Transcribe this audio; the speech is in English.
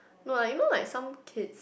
no lah you know like some kids